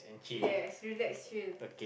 yes relax chill